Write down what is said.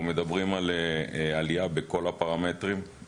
אנחנו מדברים על עלייה בכל הפרמטרים,